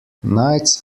knights